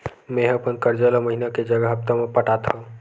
मेंहा अपन कर्जा ला महीना के जगह हप्ता मा पटात हव